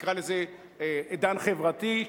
נקרא לזה עידן חברתי,